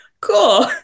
cool